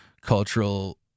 cultural